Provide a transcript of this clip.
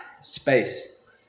space